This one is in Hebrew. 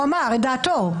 הוא אמר את דעתו.